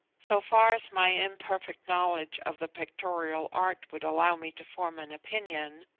so far as my imperfect knowledge of the pictorial art would allow me to form an opinion,